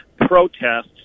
protests